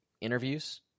interviews